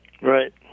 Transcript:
Right